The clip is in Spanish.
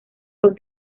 con